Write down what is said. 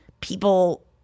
people